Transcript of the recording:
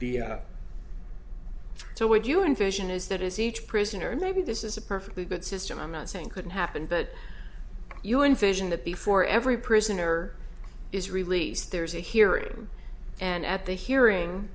process so would you envision is that is each prisoner or maybe this is a perfectly good system i'm not saying couldn't happen but you envision that before every prisoner is released there's a hearing and at the hearing